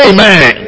Amen